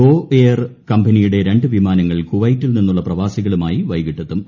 go Air കമ്പനിയുടെ രണ്ട് വിമാനങ്ങൾ കുവൈറ്റിൽ നിന്നുള്ള പ്രവാസികളുമായി വൈകിട്ട് എത്തും